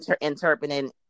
interpreting